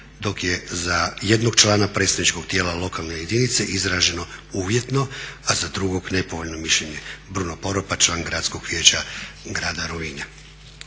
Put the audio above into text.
dok je za 1 člana predstavničkog tijela lokalne jedinice izraženo uvjetno, a za drugog nepovoljno mišljenje, Bruno Poropa, član Gradskog vijeća Grada Rovinja.